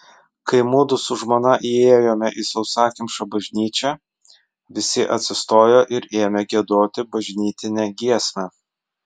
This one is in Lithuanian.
kai mudu su žmona įėjome į sausakimšą bažnyčią visi atsistojo ir ėmė giedoti bažnytinę giesmę